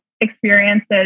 experiences